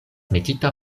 metita